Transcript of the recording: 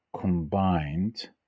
combined